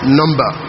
number